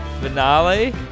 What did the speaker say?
finale